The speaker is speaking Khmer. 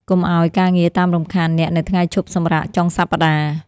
កុំឱ្យការងារតាមរំខានអ្នកនៅថ្ងៃឈប់សម្រាកចុងសប្តាហ៍។